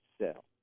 sell